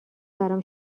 برام